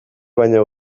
baino